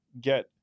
get